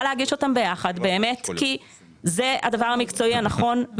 להגיש אותם ביחד כי זה הדבר המקצועי הנכון,